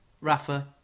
Rafa